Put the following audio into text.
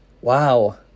wow